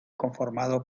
conformado